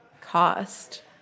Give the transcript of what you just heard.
cost